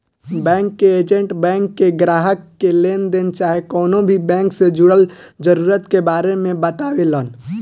bank के agent bank के ग्राहक के लेनदेन चाहे कवनो भी बैंक से जुड़ल जरूरत के बारे मे बतावेलन